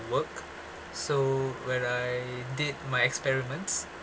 work so when I did my experiments